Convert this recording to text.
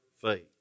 faith